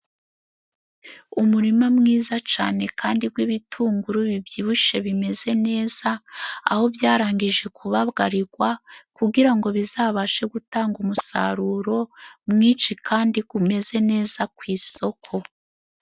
Umurima mwiza cane kandi gw'ibitunguru bibyibushe bimeze neza, aho byarangije kubagarigwa kugira ngo bizabashe gutanga umusaruro mwinshi kandi gwumeze neza ku isoko.